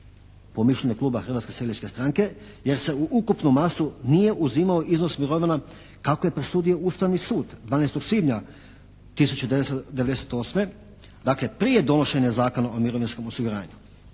po mišljenju kluba Hrvatske seljačke stranke jer se u ukupnu masu nije uzimao iznos mirovina kako je presudio Ustavni sud 12. svibnja 1998. dakle prije donošenja Zakona o mirovinskom osiguranju.